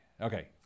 Okay